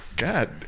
God